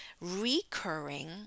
recurring